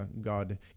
god